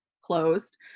closed